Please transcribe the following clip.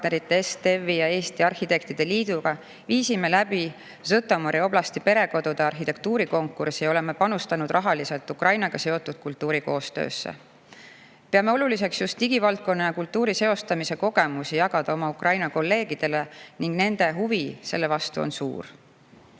ja Eesti Arhitektide Liiduga viisime läbi Žõtomõri oblasti perekodude arhitektuurikonkursi. Oleme panustanud rahaliselt Ukrainaga seotud kultuurikoostöösse. Peame oluliseks just digivaldkonna ja kultuuri seostamise kogemusi jagada oma Ukraina kolleegidele ning nende huvi selle vastu on